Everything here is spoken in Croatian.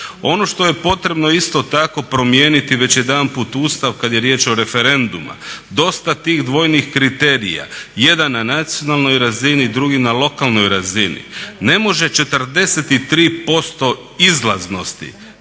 Ono što je potrebno isto tako promijeniti već jedanput Ustav kad je riječ o referendumu, dosta tih dvojnih kriterija, jedan na nacionalnoj razini, drugi na lokalnoj razini. Ne može 43% izlaznosti,